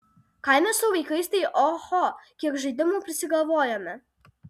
kaime su vaikais tai oho kiek žaidimų prisigalvojame